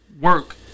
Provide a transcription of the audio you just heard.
work